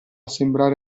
sembrare